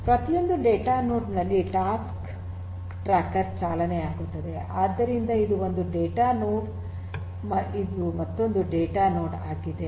ಪ್ರತಿಯೊಂದು data node ಗಳಲ್ಲಿ task tracker ಚಾಲನೆಯಾಗುತ್ತದೆ ಆದ್ದರಿಂದ ಇದು ಒಂದು ಡೇಟಾ ನೋಡ್ ಇದು ಮತ್ತೊಂದು ಡೇಟಾ ನೋಡ್ ಆಗಿದೆ